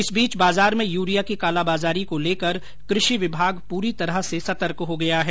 इस बीच बाजार में यूरिया की कालाबाजारी को लेकर कृषि विभाग पूरी तरह से सतर्क हो गया है